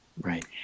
Right